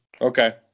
Okay